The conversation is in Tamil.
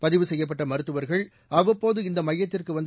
பதிவு செய்யப்பட்ட மருத்துவர்கள் அவ்வப்போது இந்த மையத்திற்கு வந்து